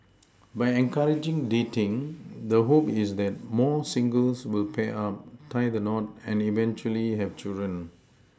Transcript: by encouraging dating the hope is that more singles will pair up tie the knot and eventually have children